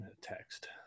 Text